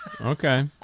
Okay